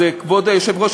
כבוד היושב-ראש,